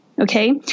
Okay